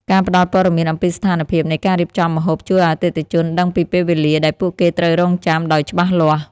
ការផ្ដល់ព័ត៌មានអំពីស្ថានភាពនៃការរៀបចំម្ហូបជួយឱ្យអតិថិជនដឹងពីពេលវេលាដែលពួកគេត្រូវរង់ចាំដោយច្បាស់លាស់។